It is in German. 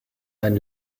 ein